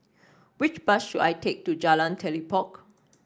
which bus should I take to Jalan Telipok